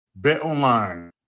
BetOnline